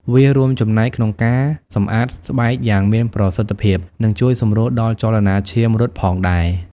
វារួមចំណែកក្នុងការសម្អាតស្បែកយ៉ាងមានប្រសិទ្ធភាពនិងជួយសម្រួលដល់ចលនាឈាមរត់ផងដែរ។